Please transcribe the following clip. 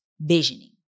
Visioning